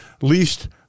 least